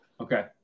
Okay